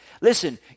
Listen